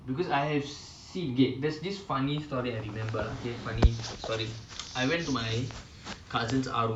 sentence which said if I die there's no reason for you to live anymore I mean like what